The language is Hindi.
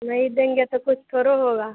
नहीं देंगे तो कुछ थोड़ो होगा